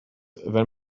wenn